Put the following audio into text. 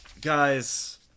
Guys